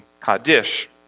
Kaddish